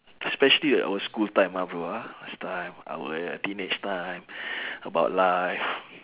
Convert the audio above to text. especially our school time ah bro ah last time our teenage time about life